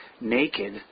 naked